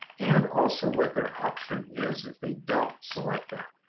and also what their option is if they don't select that.